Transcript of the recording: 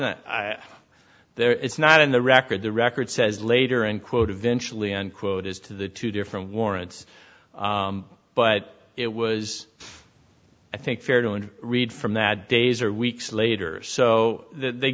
not there it's not in the record the record says later and quote eventually unquote as to the two different warrants but it was i think fair to and read from that days or weeks later so th